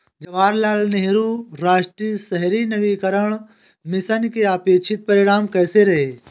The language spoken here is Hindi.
जवाहरलाल नेहरू राष्ट्रीय शहरी नवीकरण मिशन के अपेक्षित परिणाम कैसे रहे?